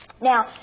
Now